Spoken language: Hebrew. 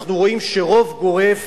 אנחנו רואים שרוב גורף